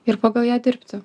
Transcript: ir pagal ją dirbti